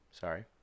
Sorry